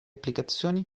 applicazioni